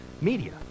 media